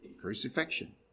crucifixion